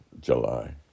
July